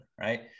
right